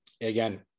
again